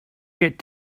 get